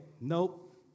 nope